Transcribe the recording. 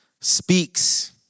speaks